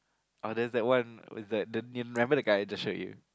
oh that there is that one with that the do you remember the guy that showed you